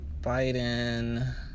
Biden